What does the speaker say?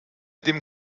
dem